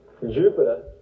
Jupiter